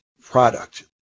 product